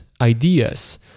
ideas